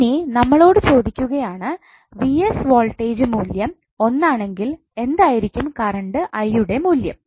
ഇനി നമ്മളോട് ചോദിക്കുകയാണ് 𝑣𝑠 വോൾടേജ് മൂല്യം ഒന്നാണെങ്കിൽ എന്തായിരിക്കും കറൻറ് 𝑖 യുടെ മൂല്യം